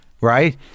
right